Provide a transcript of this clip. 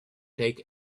take